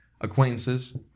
acquaintances